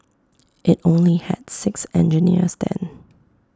IT only had six engineers then